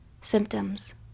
symptoms